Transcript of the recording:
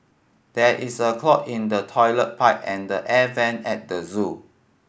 there is a clog in the toilet pipe and the air vent at the zoo